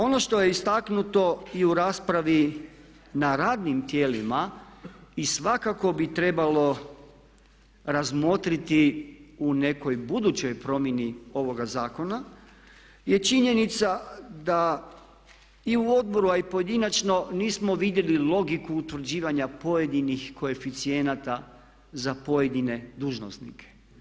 Ono što je istaknuto i u raspravi na radnim tijelima i svakako bi trebalo razmotriti u nekoj budućoj promjeni ovoga zakona je činjenica da i u odboru a i pojedinačno nismo vidjeli logiku utvrđivanja pojedinih koeficijenata za pojedine dužnosnike.